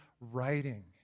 writing